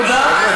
תודה.